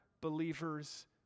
believers